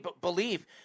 believe